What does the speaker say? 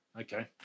okay